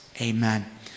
Amen